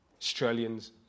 Australians